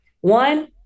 One